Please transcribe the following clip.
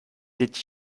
did